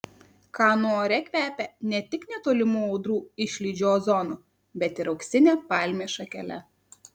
kanų ore kvepia ne tik netolimų audrų išlydžių ozonu bet ir auksine palmės šakele